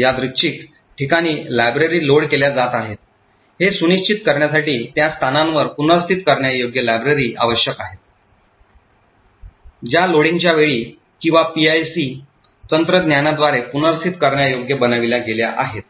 यादृच्छिक ठिकाणी library load केल्या आहेत हे सुनिश्चित करण्यासाठी त्या स्थानांवर पुनर्स्थित करण्यायोग्य लायब्ररी आवश्यक आहेत ज्या लोडिंगच्या वेळी किंवा पीआयसी तंत्रज्ञानाद्वारे पुनर्स्थित करण्यायोग्य बनविल्या गेल्या आहेत